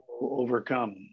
overcome